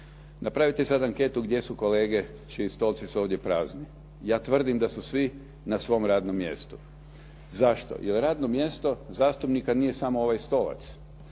Napravite sada anketu gdje su kolege čiji stolci su ovdje prazni. Ja tvrdim da su svi na svom radnom mjestu. Zašto? Jer radno mjesto zastupnika nije samo ovaj stolac.